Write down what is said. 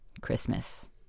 Christmas